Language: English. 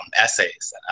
essays